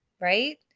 right